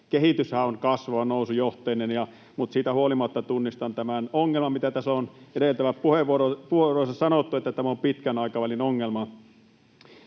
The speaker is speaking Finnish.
kehityshän on kasvava, nousujohteinen, mutta siitä huolimatta tunnistan tämän ongelman, kuten tässä on edeltävissä puheenvuoroissa sanottu, että tämä on pitkän aikavälin ongelma.